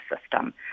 system